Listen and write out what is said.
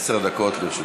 עשר דקות לרשותך.